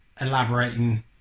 elaborating